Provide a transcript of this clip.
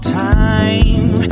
time